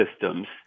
systems